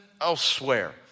elsewhere